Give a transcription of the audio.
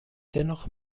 dennoch